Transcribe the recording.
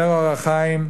אומר "אור החיים",